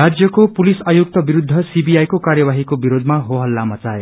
राजयको पुलिस आयुक्त विरूद्ध सीबीआई को कार्यवाहीको विरोधमा हो हल्ला मच्चाए